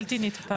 בלתי נתפס.